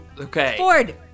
Okay